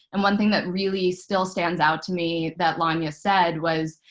and one thing that really still stands out to me that lanya said was,